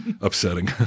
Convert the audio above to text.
upsetting